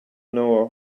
know